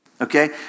Okay